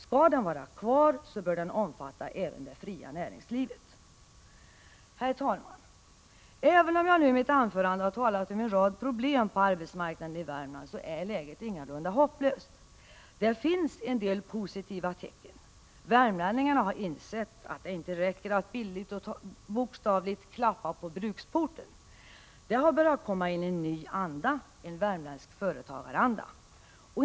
Skall den vara kvar bör den omfatta även det fria näringslivet. Herr talman! Även om jag i mitt anförande har talat om en rad problem på arbetsmarknaden i Värmland är läget ingalunda hopplöst. Det finns en del positiva tecken. Värmlänningarna har insett att det inte räcker att bildligt och bokstavligt klappa på bruksporten. Det har börjat komma in en ny anda, en värmländsk företagaranda.